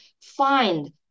find